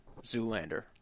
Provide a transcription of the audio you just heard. Zoolander